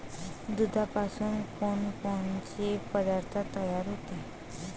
दुधापासून कोनकोनचे पदार्थ तयार होते?